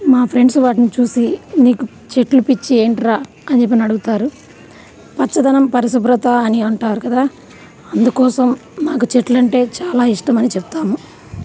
మా ఫ్రెండ్స్ వాటిని చూసి నీకు చెట్లు పిచ్చి ఏంటి రా అని చెప్పి అని అడుగుతారు పచ్చదనం పరిశుభ్రత అని అంటారు కదా అందుకోసం మాకు చెట్లు అంటే చాలా ఇష్టమని చెప్తాము